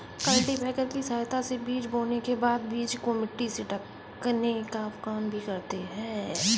cultipacker की सहायता से बीज बोने के बाद बीज को मिट्टी से ढकने का काम भी करते है